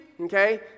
okay